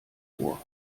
ohr